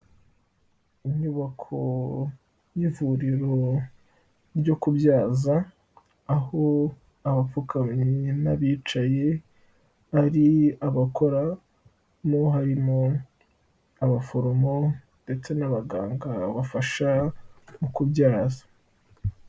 Inyubako y'ivuriro ryo kubyaza aho abapfukamye n'abicaye ari abakoramo harimo abaforomo ndetse n'abaganga bafasha mu kubyaza.